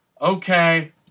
okay